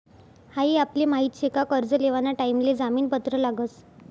हाई आपले माहित शे का कर्ज लेवाना टाइम ले जामीन पत्र लागस